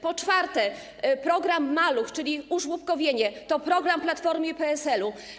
Po czwarte, program ˝Maluch˝, czyli użłobkowienie, to program Platformy i PSL-u.